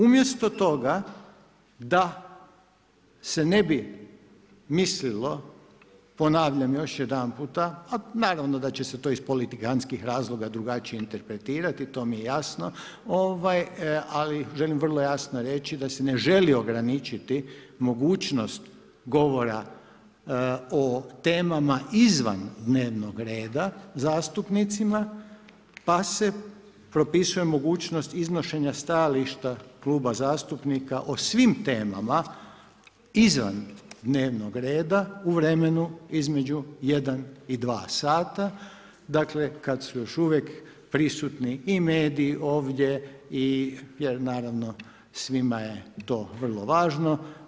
Umjesto toga, da se ne bi mislilo ponavljam još jedanput, a naravno da će se to iz politikantskih razloga drugačije interpretirati, to mi je jasno, ali želim vrlo jasno reći, da se ne želi ograničiti mogućnost govora o temama izvan dnevnog reda zastupnicima, pa se propisuje mogućnost iznošenja stajališta kluba zastupnika o svim temama izvan dnevnog reda u vremenu između 1 i 2 sata, dakle kad su još uvijek prisutni i mediji ovdje i naravno svima je to vrlo važno.